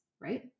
right